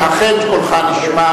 ואכן קולך נשמע.